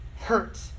Hurt